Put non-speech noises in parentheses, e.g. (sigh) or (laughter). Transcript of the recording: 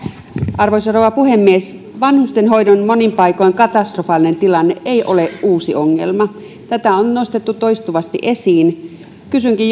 arvoisa rouva puhemies vanhustenhoidon monin paikoin katastrofaalinen tilanne ei ole uusi ongelma vaan tätä on nostettu toistuvasti esiin kysynkin (unintelligible)